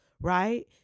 right